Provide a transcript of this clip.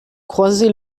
croisés